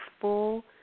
full